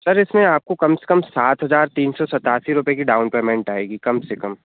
sir इसमें आपको कम से कम सात हज़ार तीन सौ सतासी रुपये की डाउन पेमेंट आएगी कम से कम